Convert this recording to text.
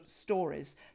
stories